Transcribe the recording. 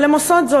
אבל הן עושות זאת,